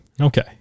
Okay